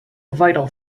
vital